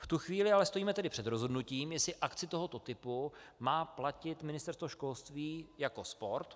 V tu chvíli tedy ale stojíme před rozhodnutím, jestli akci tohoto typu má platit Ministerstvo školství jako sport.